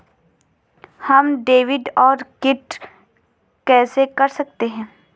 हम डेबिटऔर क्रेडिट कैसे कर सकते हैं?